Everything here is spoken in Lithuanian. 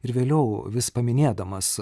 ir vėliau vis paminėdamas